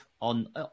on